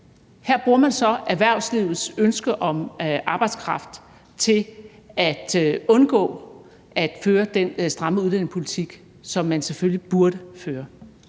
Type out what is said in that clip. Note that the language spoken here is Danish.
Her bruger man så erhvervslivets ønske om arbejdskraft til at undgå at føre den stramme udlændingepolitik, som man selvfølgelig burde føre.